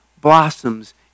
blossoms